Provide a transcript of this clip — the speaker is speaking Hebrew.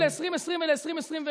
תביאו תקציב ל-2020 ול-2021.